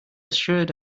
assured